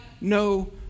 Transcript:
no